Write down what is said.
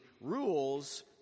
rules